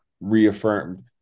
reaffirmed